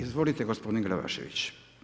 Izvolite gospodine Glavašević.